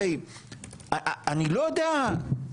הרי אני לא יודע באמת,